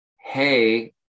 Hey